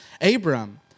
Abram